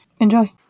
Enjoy